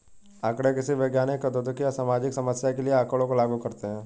आंकड़े किसी वैज्ञानिक, औद्योगिक या सामाजिक समस्या के लिए आँकड़ों को लागू करते है